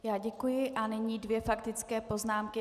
Já děkuji a nyní dvě faktické poznámky.